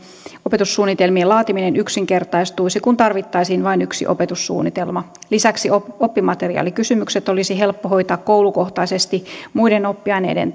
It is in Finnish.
opetussuunnitelmien laatiminen yksinkertaistuisi kun tarvittaisiin vain yksi opetussuunnitelma lisäksi oppimateriaalikysymykset olisi helppo hoitaa koulukohtaisesti muiden oppiaineiden